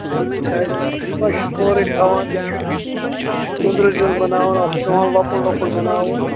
کیٛازِ أسۍ ما چھِ سورُے تھاوان یہِ چھُ أنٛدرٕ زیُن بَناوان اَتھ چھُ پیٚوان لۄکُٹ لۄکُٹ بَناوُن